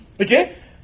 Okay